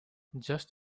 just